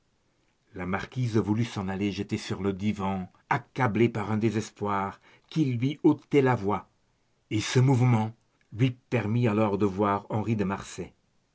la marquise voulut s'aller jeter sur le divan accablée par un désespoir qui lui ôtait la voix et ce mouvement lui permit alors de voir henri de marsay